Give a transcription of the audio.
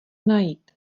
najít